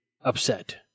upset